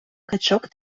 качок